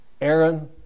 Aaron